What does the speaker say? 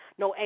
no